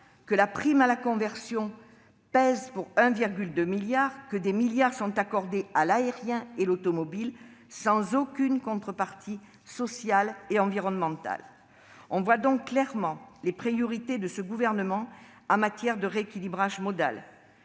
que la prime à la conversion pèse également pour 1,2 milliard d'euros et que des milliards d'euros sont accordés à l'aérien et à l'automobile sans aucune contrepartie sociale et environnementale ? On voit donc clairement les priorités de ce gouvernement en matière de rééquilibrage modal.